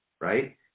right